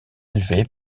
élevé